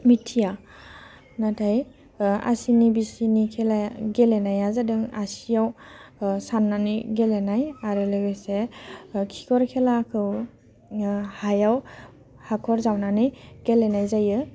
मिथिया नाथाय आसिनि बिसिनि खेला गेलेनाया जादों आसियाव साननानै गेलेनाय आरो लोगोसे खिखर खेलाखौ हायाव हाखर जावनानै गेलेनाय जायो